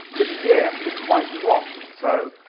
its year is twice is long, so,